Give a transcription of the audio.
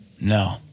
No